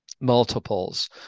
multiples